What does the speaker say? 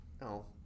no